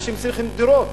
אנשים צריכים דירות.